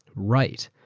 right.